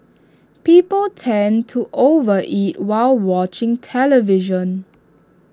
people tend to over eat while watching television